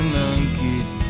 monkeys